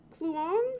Kluang